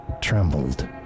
trembled